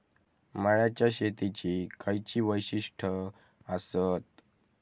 मळ्याच्या शेतीची खयची वैशिष्ठ आसत?